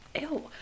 ew